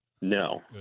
No